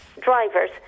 drivers